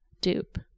dupe